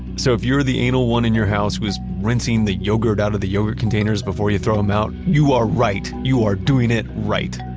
so if you're the anal one in your house who is rinsing the yogurt out of the yogurt containers before you throw them out you are right! you are doing it right!